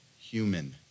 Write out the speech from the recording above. human